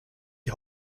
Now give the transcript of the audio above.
die